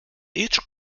each